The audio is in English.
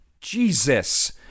Jesus